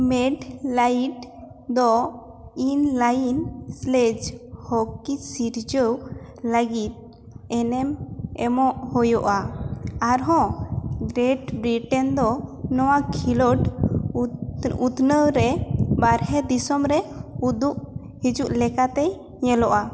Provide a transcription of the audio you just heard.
ᱢᱮ ᱰ ᱞᱟᱭᱤᱴ ᱫᱚ ᱤᱱᱞᱟᱭᱤᱱ ᱥᱞᱮ ᱡᱽ ᱦᱚᱠᱤ ᱥᱤᱨᱡᱟᱹᱣ ᱞᱟᱜᱤᱫ ᱮᱱᱮᱢ ᱮᱢᱚᱜ ᱦᱩᱭᱩᱜᱼᱟ ᱟᱨᱦᱚᱸ ᱜᱨᱮᱹᱴ ᱵᱨᱤᱴᱮᱹᱱ ᱫᱚ ᱱᱚᱣᱟ ᱠᱷᱤᱞᱳᱰ ᱩᱛᱱᱟᱹᱣᱨᱮ ᱵᱟᱨᱦᱮ ᱫᱤᱥᱚᱢᱨᱮ ᱩᱫᱩᱜ ᱦᱤᱡᱩᱜ ᱞᱮᱠᱟᱛᱮᱭ ᱧᱮᱞᱚᱜᱼᱟ